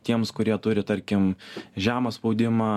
tiems kurie turi tarkim žemą spaudimą